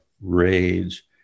rage